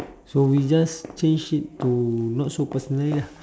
so we just change it to not so personal ah